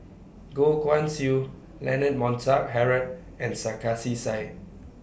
Goh Guan Siew Leonard Montague Harrod and Sarkasi Said